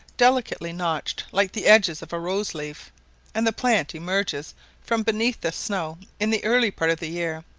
delicately notched like the edges of a rose-leaf and the plant emerges from beneath the snow in the early part of the year,